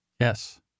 Yes